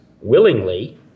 willingly